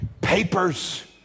Papers